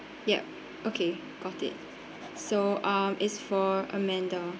ya okay got it so um it's for amanda